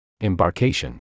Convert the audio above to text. Embarkation